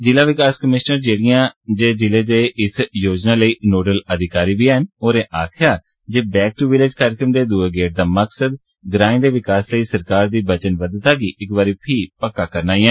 जिला विकास कमिशनर जेहड़ियां जे जिले च इस योजना लेई नोडल अधिकारी बी हैन होरें गलाया जे बैक दू विलेज कार्यक्रम दे दुए गेड़ दा मकसद ग्राएं दे विकास लेई सरकार दी वचनबद्वता गी पक्का करना ऐ